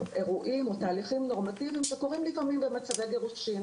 אירועים או תהליכים נורמטיביים שקורים לפעמים במצבי גירושין.